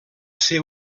ser